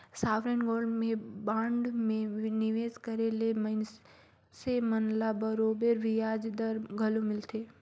sovereign gold में bond में निवेस करे ले मइनसे मन ल बरोबेर बियाज दर घलो मिलथे